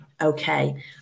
okay